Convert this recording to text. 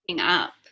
up